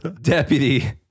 Deputy